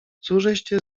cóżeście